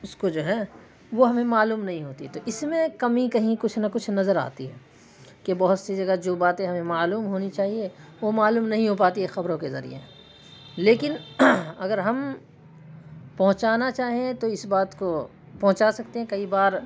اس کو جو ہے وہ ہمیں معلوم نہیں ہوتی ہے تو اس میں کمی کہیں کچھ نہ کچھ نظر آتی ہے کہ بہت سی جگہ جو باتیں ہمیں معلوم ہونی چاہیے وہ معلوم نہیں ہوپاتی ہے خبروں کے ذریعہ لیکن اگر ہم پہنچانا چاہیں تو اس بات کو پہنچا سکتے ہیں کئی بار